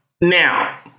Now